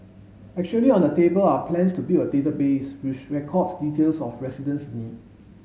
actually on the table are plans to build a database which records details of residents need